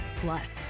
Plus